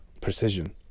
precision